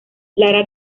lara